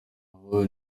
aho